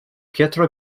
pietro